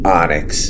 onyx